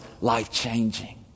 life-changing